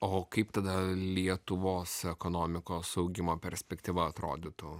o kaip tada lietuvos ekonomikos augimo perspektyva atrodytų